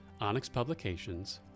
onyxpublications